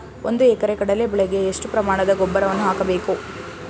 ಒಂದು ಎಕರೆ ಕಡಲೆ ಬೆಳೆಗೆ ಎಷ್ಟು ಪ್ರಮಾಣದ ಗೊಬ್ಬರವನ್ನು ಹಾಕಬೇಕು?